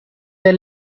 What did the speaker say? der